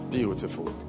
Beautiful